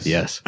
Yes